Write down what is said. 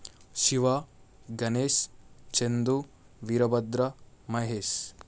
Shiva Ganesh Chandu Veerabhadra Mahesh